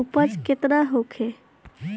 उपज केतना होखे?